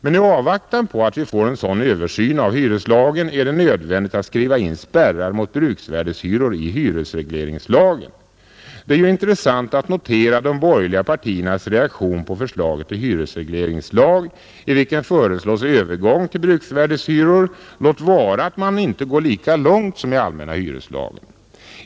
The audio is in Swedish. Men i avvaktan på att vi får en sådan översyn av hyreslagen är det nödvändigt att skriva in spärrar mot bruksvärdehyror i hyresregleringslagen. Det är ju intressant att notera de borgerliga partiernas reaktion på förslaget till hyresregleringslag, i vilket föreslås övergång till bruksvärde hyror, låt vara att man inte går lika långt som i den allmänna hyreslagen.